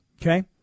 Okay